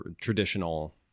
traditional